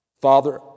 Father